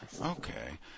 Okay